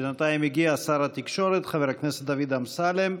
בינתיים הגיע שר התקשורת חבר הכנסת דוד אמסלם,